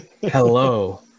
hello